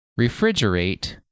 Refrigerate